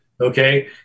okay